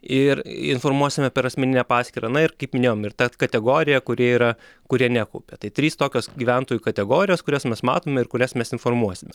ir informuosime per asmeninę paskyrą na ir kaip minėjom ir ta kategorija kuri yra kurie nekaupia tai trys tokios gyventojų kategorijos kurias mes matome ir kurias mes informuosime